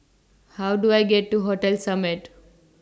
How Do I get to Hotel Summit